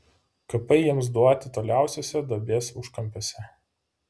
kapai jiems duoti toliausiuose duobės užkampiuose